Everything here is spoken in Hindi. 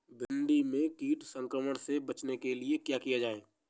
भिंडी में कीट संक्रमण से बचाने के लिए क्या किया जाए?